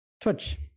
Twitch